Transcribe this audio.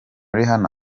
rihanna